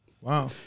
Wow